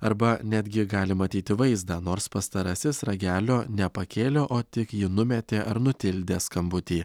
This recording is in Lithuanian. arba netgi gali matyti vaizdą nors pastarasis ragelio nepakėlė o tik ji numetė ar nutildė skambutį